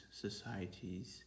societies